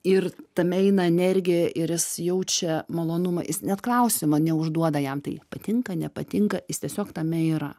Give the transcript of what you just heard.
ir tame eina energija ir jis jaučia malonumą jis net klausimo neužduoda jam tai patinka nepatinka jis tiesiog tame yra